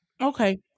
okay